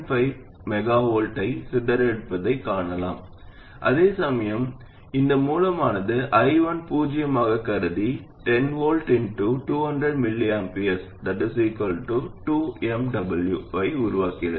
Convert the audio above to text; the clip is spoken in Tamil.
4 மெகாவாட் ஐச் சிதறடிப்பதைக் காணலாம் அதேசமயம் இந்த மூலமானது I1 பூஜ்ஜியமாகக் கருதி 10 V 200 µA 2 mW ஐ உருவாக்குகிறது